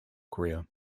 career